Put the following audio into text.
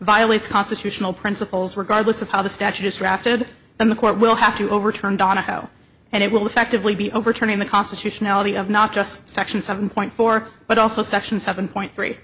violates constitutional principles regard list of how the statute is drafted in the court will have to overturn donahoe and it will effectively be overturning the constitutionality of not just section seven point four but also section seven point three